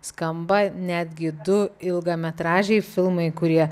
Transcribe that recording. skamba netgi du ilgametražiai filmai kurie